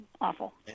Awful